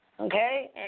Okay